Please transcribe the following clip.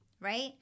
right